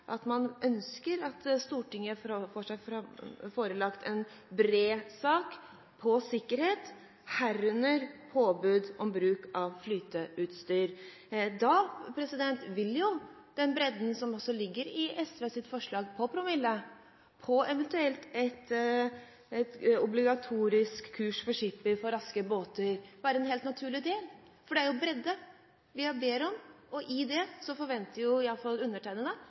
forelagt en bred sak om sikkerhet, herunder påbud om bruk av flyteutstyr. Da vil jo det som også ligger i SVs forslag om promille og om eventuelt et obligatorisk kurs for skippere på raske båter, være en helt naturlig del, for det er jo bredde vi ber om. I alle fall undertegnede forventer